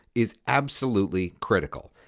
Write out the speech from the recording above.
is absolutely critical.